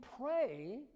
pray